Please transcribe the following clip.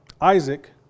Isaac